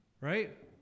Right